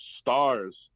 stars